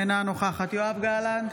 אינה נוכחת יואב גלנט,